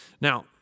Now